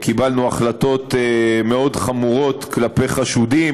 קיבלנו החלטות מאוד חמורות כלפי חשודים,